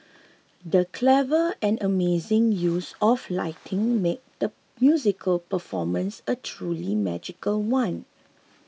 the clever and amazing use of lighting made the musical performance a truly magical one